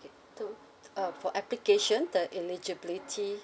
okay to uh for application the eligibility